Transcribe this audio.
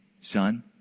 Son